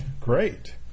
great